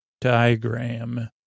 diagram